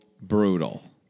brutal